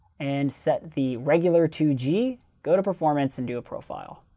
and set the regular two g, go to performance and do a profile.